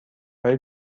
های